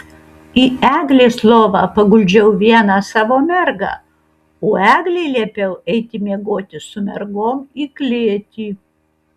į eglės lovą paguldžiau vieną savo mergą o eglei liepiau eiti miegoti su mergom į klėtį